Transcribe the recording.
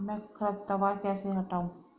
मैं खरपतवार कैसे हटाऊं?